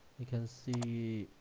you can see